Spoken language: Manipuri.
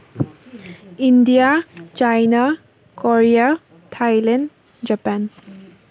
India China Korea Thailand Japan